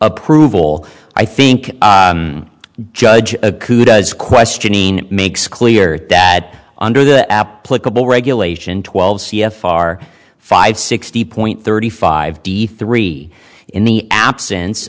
approval i think judge does questioning makes clear that under the applicable regulation twelve c f r five sixty point thirty five d three in the absence